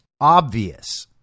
obvious